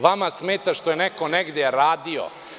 Vama smeta što je neko negde radio.